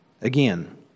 Again